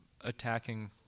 attacking